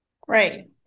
Great